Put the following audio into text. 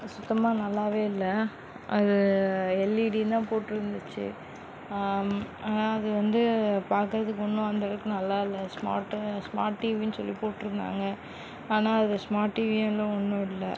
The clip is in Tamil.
சுத்தமாக நல்லாவே இல்லை அது எல்இடின்னு தான் போட்டிருந்துச்சு ஆனால் அது வந்து பார்க்கறதுக்கு ஒன்றும் அந்தளவுக்கு நல்லாயில்ல ஸ்மார்ட்டு ஸ்மார்ட் டிவின்னு சொல்லி போட்டிருந்தாங்க ஆனால் அது ஸ்மார்ட் டிவியும் இல்லை ஒன்றும் இல்லை